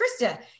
Krista